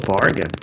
bargain